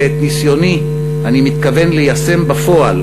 ואת ניסיוני אני מתכוון ליישם בפועל